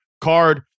card